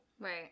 Right